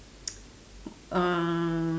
uh